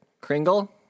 Kringle